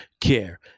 care